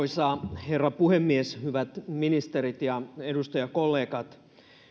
arvoisa herra puhemies hyvät ministerit ja edustajakollegat